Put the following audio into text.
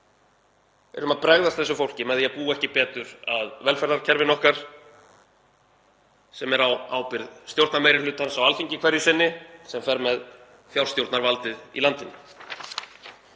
erum að bregðast þessu fólki með því að búa ekki betur að velferðarkerfinu okkar sem er á ábyrgð stjórnarmeirihlutans á Alþingi hverju sinni sem fer með fjárstjórnarvaldið í landinu.